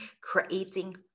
creating